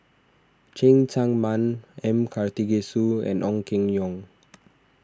Cheng Tsang Man M Karthigesu and Ong Keng Yong